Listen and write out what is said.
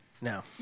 No